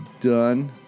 done